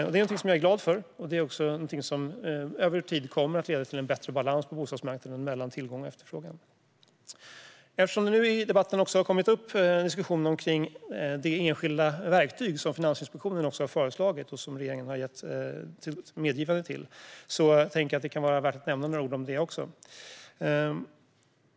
Detta är något som jag är glad för, och det är också något som över tid kommer att leda till en bättre balans på bostadsmarknaden mellan tillgång och efterfrågan. Eftersom det i debatten har kommit upp en diskussion kring de enskilda verktyg som Finansinspektionen har föreslagit och som regeringen har gett sitt medgivande till tycker jag att det kan vara värt att nämna några ord om dem också.